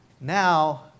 Now